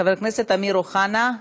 חבר הכנסת אמיר אוחנה,